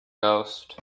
ghost